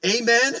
Amen